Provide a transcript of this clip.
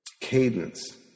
cadence